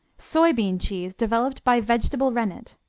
soybean cheese, developed by vegetable rennet.